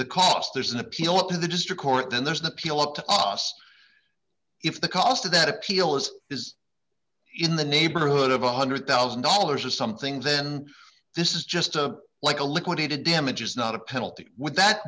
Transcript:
the cost there's an appeal up to the district court then there's an appeal up to us if the cost of that appeal is is in the neighborhood of a one hundred thousand dollars or something then this is just a like a liquidated damages not a penalty would that